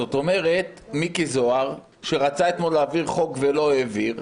זאת אומרת מיקי זוהר שרצה אתמול להעביר חוק ולא העביר,